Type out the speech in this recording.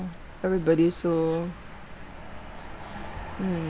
everybody so mm